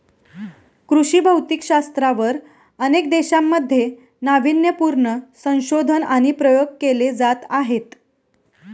कृषी भौतिकशास्त्रावर अनेक देशांमध्ये नावीन्यपूर्ण संशोधन आणि प्रयोग केले जात आहेत